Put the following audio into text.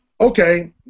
okay